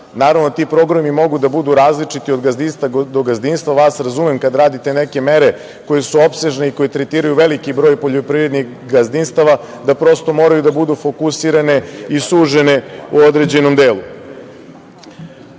Naravno da ti programi mogu da budu različiti od gazdinstva do gazdinstva. Vas razumem kad radite neke mere koje su opsežne i koje tretiraju veliki broj poljoprivrednih gazdinstava da prosto moraju da budu fokusirane i sužene u određenom delu.